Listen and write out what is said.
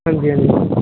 हां जी हां जी